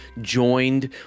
joined